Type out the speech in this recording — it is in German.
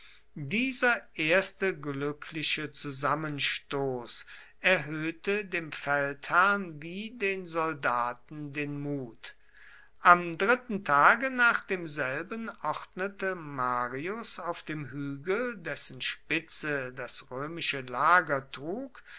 dieser erste glückliche zusammenstoß erhöhte dem feldherrn wie den soldaten den mut am dritten tage nach demselben ordnete marius auf dem hügel dessen spitze das römische lager trug